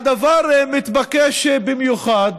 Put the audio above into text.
הדבר מתבקש במיוחד